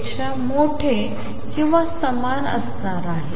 पेक्षा मोठे किंवा समान असणार आहे